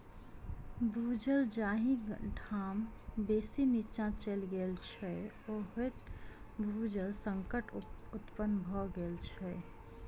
भू जल जाहि ठाम बेसी नीचाँ चलि गेल छै, ओतय भू जल संकट उत्पन्न भ गेल छै